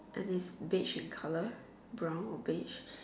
and is beige in colour brown or beige